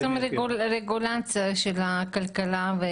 בעצם רגולציה של הכלכלה.